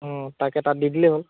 অঁ তাকে তাত দি দিলেই হ'ল